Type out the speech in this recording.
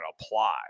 apply